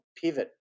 pivot